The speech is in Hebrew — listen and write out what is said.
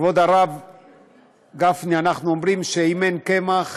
כבוד הרב גפני, אנחנו אומרים שאם אין קמח